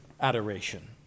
adoration